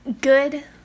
Good